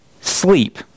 sleep